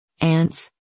Ants